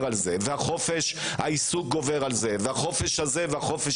על זה וחופש העיסוק גובר על זה וחופש זה וכו',